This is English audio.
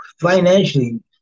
Financially